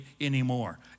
anymore